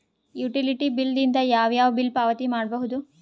Utility bill ದಿಂದ ಯಾವ ಯಾವ ಬಿಲ್ ಪಾವತಿ ಮಾಡಬಹುದು?